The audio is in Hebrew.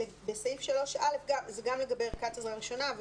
בסעיף 3(א) זה גם לגבי ערכת עזרה ראשונה אבל